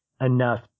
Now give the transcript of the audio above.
enough